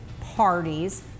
parties